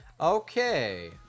Okay